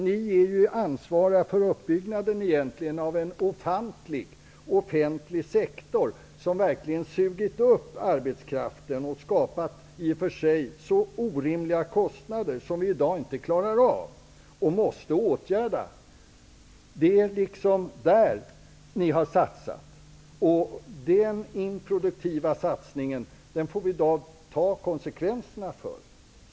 Ni är ansvariga för uppbyggnaden av en ofantlig offentlig sektor som verkligen sugit upp arbetskraften och skapat så orimliga kostnader som samhället i dag inte klarar av. Dessa kostnader måste åtgärdas. Det är dessa områden ni har satsat på. Denna improduktiva satsning får vi i dag ta konsekvenserna av.